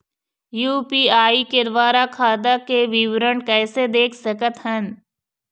UPI के द्वारा खाता के विवरण कैसे देख सकत हन?